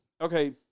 Okay